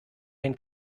den